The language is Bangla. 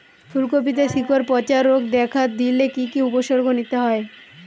ফুলকপিতে শিকড় পচা রোগ দেখা দিলে কি কি উপসর্গ নিতে হয়?